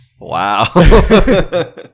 Wow